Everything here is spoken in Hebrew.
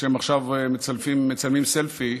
שהם עכשיו מצלמים סלפי.